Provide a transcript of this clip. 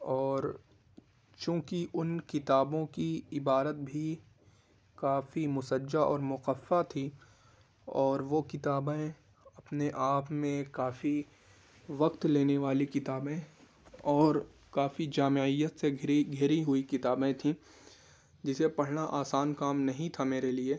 اور چوں کہ ان کتابوں کی عبارت بھی کافی مسجّع اور مقفّع تھی اور وہ کتابیں اپنے آپ میں کافی وقت لینے والی کتابیں اور کافی جامعیت سے گھری گھری ہوئی کتابیں تھیں جسے پڑھنا آسان کام نہیں تھا میرے لیے